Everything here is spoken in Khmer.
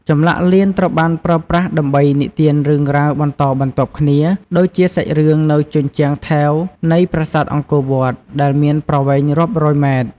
ចម្លាក់លៀនត្រូវបានប្រើប្រាស់ដើម្បី និទានរឿងរ៉ាវបន្តបន្ទាប់គ្នា ដូចជាសាច់រឿងនៅជញ្ជាំងថែវនៃប្រាសាទអង្គរវត្ត ដែលមានប្រវែងរាប់រយម៉ែត្រ។